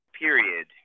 period